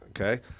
Okay